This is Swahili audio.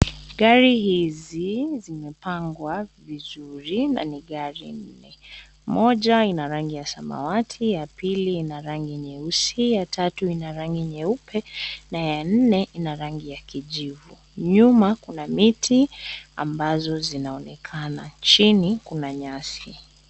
Gari hizi zimepangwa vizuri na ni gari nne. Moja ina rangi ya samawati, ya pili ina rangi nyeusi, ya tatu ina rangi nyeupe na ya nne ina rangi ya kijivu. Nyuma kuna miti ambazo zinaonekana. Chini kuna nyasi.